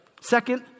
Second